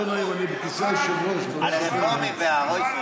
לא, אני בכיסא היושב-ראש, זה בעיה.